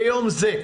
ביום זה.